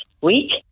week